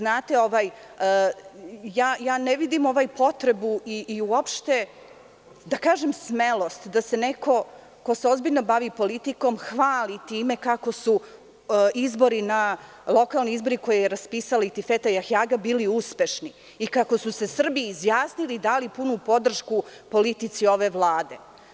Ne vidim potrebu i uopšte smelost da se neko ko se ozbiljno bavi politikom hvali time kako su lokalni izbori koje je raspisala Atifete Jahjaga bili uspešni i kako su se Srbi izjasnili, dali punu podršku politici ove Vlade.